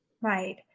Right